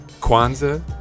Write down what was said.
Kwanzaa